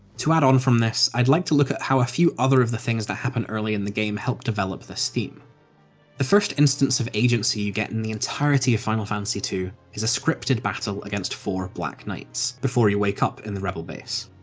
to add on from this, i'd like to look at how a few other of the things that happen early in the game help develop this theme the first instance of agency you get in the entirety of final fantasy ii is a scripted battle, against four black knights, before you wake up in the rebel base.